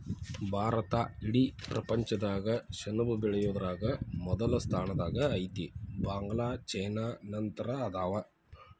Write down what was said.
ಭಾರತಾ ಇಡೇ ಪ್ರಪಂಚದಾಗ ಸೆಣಬ ಬೆಳಿಯುದರಾಗ ಮೊದಲ ಸ್ಥಾನದಾಗ ಐತಿ, ಬಾಂಗ್ಲಾ ಚೇನಾ ನಂತರ ಅದಾವ